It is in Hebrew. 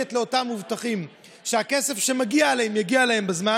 ודואגת לאותם מבוטחים שהכסף שמגיע להם יגיע אליהם בזמן.